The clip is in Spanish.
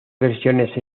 versiones